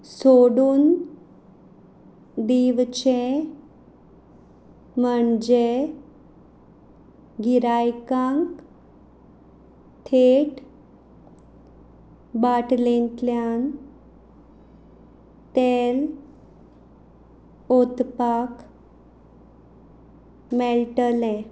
सोडून दिवचें म्हणजे गिरायकांक थेट बाटलेंतल्यान तेल ओतपाक मेळटलें